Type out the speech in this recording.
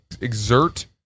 exert